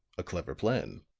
a clever plan,